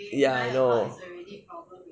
ya I know